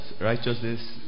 righteousness